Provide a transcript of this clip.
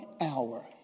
hour